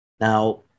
Now